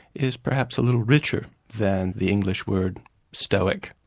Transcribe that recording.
is perhaps a little richer than the english word stoic.